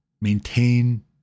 maintain